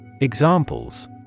Examples